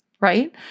right